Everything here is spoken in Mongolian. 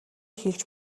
хэлж